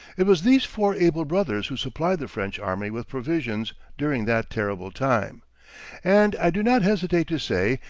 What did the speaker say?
it was these four able brothers who supplied the french army with provisions during that terrible time and i do not hesitate to say,